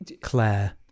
Claire